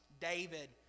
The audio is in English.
David